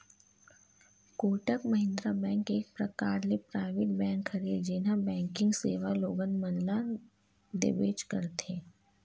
Kotak Mahindra bank एक परकार ले पराइवेट बेंक हरय जेनहा बेंकिग सेवा लोगन मन ल देबेंच करथे